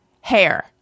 Hair